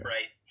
Right